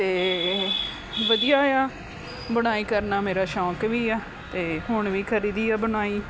ਅਤੇ ਵਧੀਆ ਆ ਬੁਣਾਈ ਕਰਨਾ ਮੇਰਾ ਸ਼ੌਂਕ ਵੀ ਆ ਅਤੇ ਹੁਣ ਵੀ ਖਰੀਦੀ ਆ ਬੁਣਾਈ